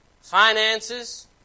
Finances